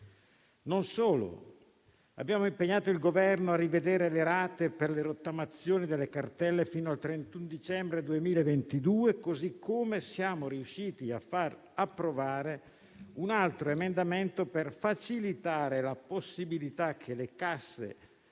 Non solo: abbiamo impegnato il Governo a rivedere le rate per la rottamazione delle cartelle fino al 31 dicembre 2022; così come siamo riusciti a far approvare un altro emendamento per facilitare la possibilità che le casse